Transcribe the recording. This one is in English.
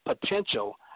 potential